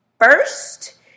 first